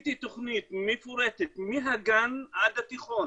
עשיתי תוכנית מפורטת מהגן עד התיכון